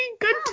good